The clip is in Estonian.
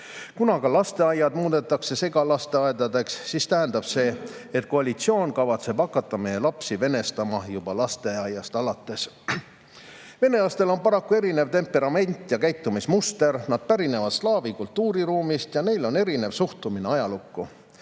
Kuna ka lasteaiad muudetakse segalasteaedadeks, siis tähendab see, et koalitsioon kavatseb hakata meie lapsi venestama juba lasteaiast alates. Venelastel on paraku teistsugune temperament ja käitumismuster, nad pärinevad slaavi kultuuriruumist ja neil on teistsugune suhtumine ajalukku.